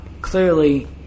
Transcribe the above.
Clearly